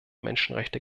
menschenrechte